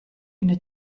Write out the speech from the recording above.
üna